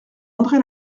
andré